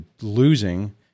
losing